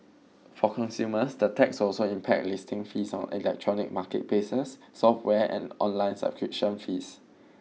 for consumers the tax will also impact listing fees on electronic marketplaces software and online subscription fees